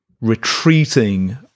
retreating